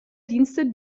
dienste